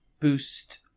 boost